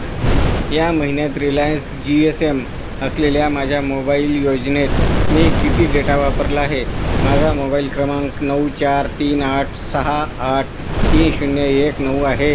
या महिन्यात Reliance G S M असलेल्या माझ्या मोबाईल योजनेत मी किती डेटा वापरला आहे माझा मोबाईल क्रमांक नऊ चार तीन आठ सहा आठ तीन शून्य एक नऊ आहे